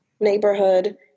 neighborhood